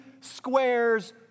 squares